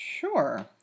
Sure